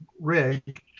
rig